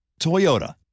Toyota